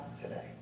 today